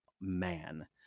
man